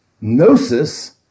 gnosis